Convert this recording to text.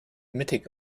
mittig